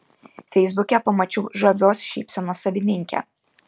feisbuke pamačiau žavios šypsenos savininkę